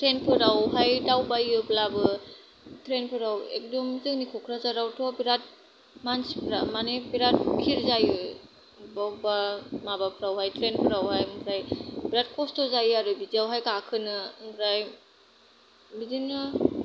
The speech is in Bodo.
ट्रेइनफोरावहाय दावबायोब्लाबो ट्रेइनफोराव एकदम जोंनि क'क्राझारावथ' बेराद मानसिफ्रा माने बेराद भिर जायो अबबा अबबा माबाफ्रावहाय ट्रेइनफ्रावहाय ओमफ्राय बेराद खस्थ' जायो आरो बिदिआवहाय गाखोनो ओमफ्राय बिदिनो